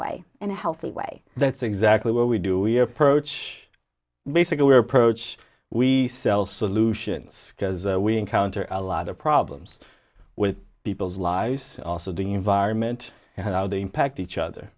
way and a healthy way that's exactly what we do we approach basically we are approach we sell solutions because we encounter a lot of problems with people's lives also the environment how they impact each other